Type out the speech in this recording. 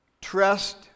trust